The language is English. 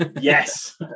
Yes